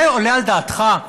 זה עולה על דעתך?